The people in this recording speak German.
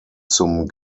zum